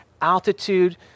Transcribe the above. altitude